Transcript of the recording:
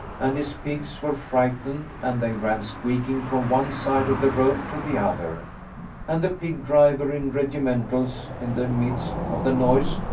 and his pigs were frightened, and they ran squeaking from one side of the road to the other and the pig-driver in regimentals, in the midst of the noise,